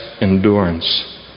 endurance